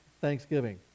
Thanksgiving